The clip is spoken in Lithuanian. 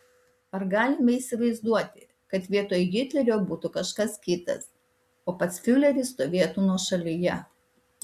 ar galime įsivaizduoti kad vietoj hitlerio būtų kažkas kitas o pats fiureris stovėtų nuošalyje